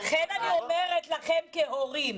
לכן אני אומרת לכם כהורים,